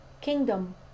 kingdom